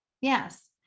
yes